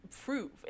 prove